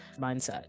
mindset